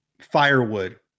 firewood